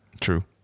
True